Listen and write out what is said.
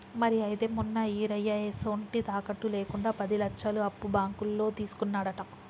మరి అయితే మొన్న ఈరయ్య ఎసొంటి తాకట్టు లేకుండా పది లచ్చలు అప్పు బాంకులో తీసుకున్నాడట